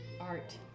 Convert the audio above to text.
art